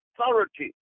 authority